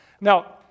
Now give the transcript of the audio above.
Now